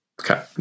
Okay